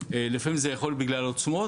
לפעמים זה יכול להיות בגלל עוצמות,